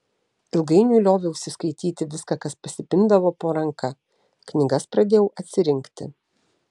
ilgainiui lioviausi skaityti viską kas pasipindavo po ranka knygas pradėjau atsirinkti